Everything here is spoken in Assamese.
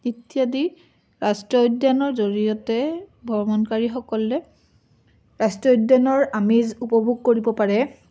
ইত্যাদি ৰাষ্ট্ৰীয় উদ্যানৰ জৰিয়তে ভ্ৰমণকাৰীসকলে ৰাষ্ট্ৰীয় উদ্যানৰ আমেজ উপভোগ কৰিব পাৰে